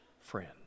friend